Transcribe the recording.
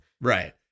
Right